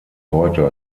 heute